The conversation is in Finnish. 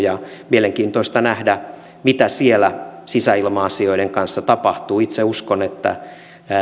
on mielenkiintoista nähdä mitä siellä sisäilma asioiden kanssa tapahtuu itse uskon että